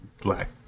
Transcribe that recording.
black